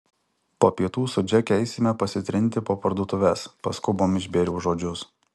po pietų su džeke eisime pasitrinti po parduotuves paskubom išbėriau žodžius